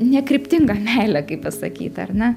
nekryptinga meilė kaip pasakyti ar ne